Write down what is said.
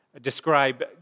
describe